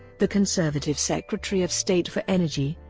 the conservative secretary of state for energy,